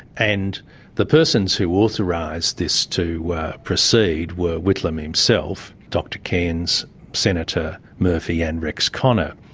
and the persons who authorised this to proceed were whitlam himself, dr cairns, senator murphy and rex connor,